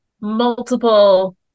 multiple